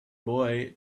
boy